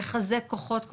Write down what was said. לחזק כוחות,